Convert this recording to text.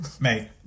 Mate